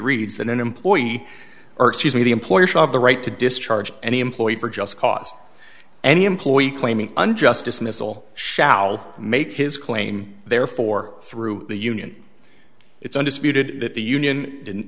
reads that an employee or excuse me the employees of the right to discharge any employee for just cause any employee claiming unjust dismissal shall make his claim therefore through the union it's undisputed that the union didn't